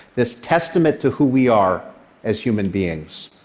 this testament to who we are as human beings.